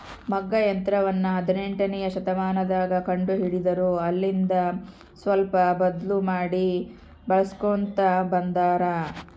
ಮಗ್ಗ ಯಂತ್ರವನ್ನ ಹದಿನೆಂಟನೆಯ ಶತಮಾನದಗ ಕಂಡು ಹಿಡಿದರು ಅಲ್ಲೆಲಿಂದ ಸ್ವಲ್ಪ ಬದ್ಲು ಮಾಡಿ ಬಳಿಸ್ಕೊಂತ ಬಂದಾರ